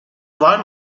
var